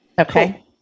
Okay